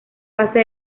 fase